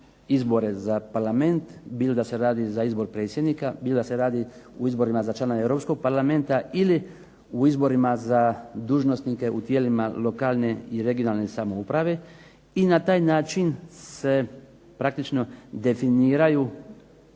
izbore za Parlament, bilo da se radi za izbor predsjednika, bilo da se radi o izborima za članove Europskog parlamenta ili o izborima za dužnosnike u tijelima lokalne i regionalne samouprave i na taj način se praktično definiraju